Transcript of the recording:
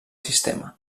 sistema